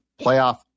playoff